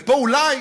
ופה אולי